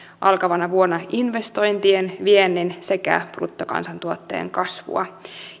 alkavana vuonna investointien viennin sekä bruttokansantuotteen kasvua